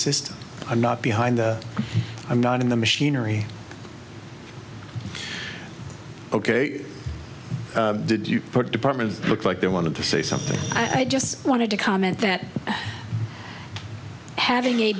system i'm not behind i'm not in the machinery ok did you put department looks like they wanted to say something i just wanted to comment that having a